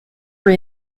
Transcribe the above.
are